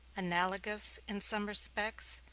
analogous, in some respects,